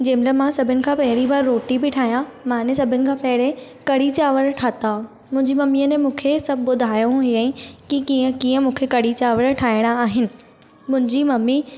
जंहिंमहिल मां सभिनि खां पहिरीं बार रोटी पई ठाहियां माने सभिनि खां पहिरीं कढ़ी चांवर ठाता मुंहिंजी मम्मीअ न मूंखे सभु ॿुधायो हुअंई की कीअं कीअं मूंखे कढ़ी चांवर ठाहिणा आहिनि मुंहिंजी मम्मी